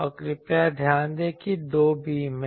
और कृपया ध्यान दें कि दो बीम हैं